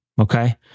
Okay